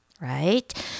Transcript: right